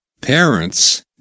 Parents